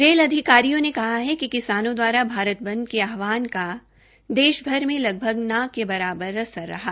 rail अधिकारियों ने कहा है कि किसानों दवारा भारत बंद के आहवान का देशभर मे लगभग ना के बराबर असर रहा